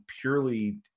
purely